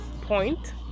point